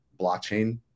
Blockchain